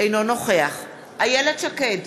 אינו נוכח איילת שקד,